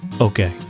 Okay